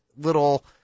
Little